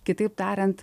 kitaip tariant